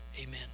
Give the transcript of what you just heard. amen